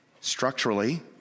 structurally